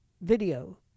video